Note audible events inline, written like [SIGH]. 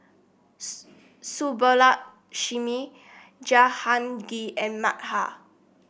[UNINTELLIGIBLE] Subbulakshmi Jahangir and Medha